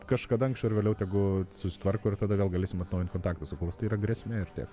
kažkada anksčiau ar vėliau tegu susitvarko ir tada vėl galėsim atnaujint kontaktus o kol kas tai yra grėsmė ir tiek